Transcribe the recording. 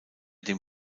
dem